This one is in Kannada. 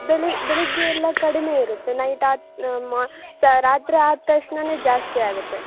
ಬೆಳಿ ಬೆಳಿಗ್ಗೆ ಎಲ್ಲ ಕಡಿಮೆ ಇರುತ್ತೆ ನೈಟ್ ಆದ ಸ ರಾತ್ರೆ ಆದ ತಕ್ಷಣ ಜಾಸ್ತಿ ಆಗುತ್ತೆ